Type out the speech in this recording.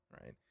right